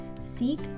Seek